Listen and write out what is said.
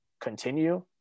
continue